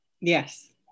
Yes